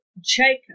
Jacob